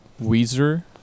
Weezer